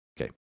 Okay